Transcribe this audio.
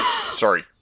sorry